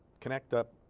connect up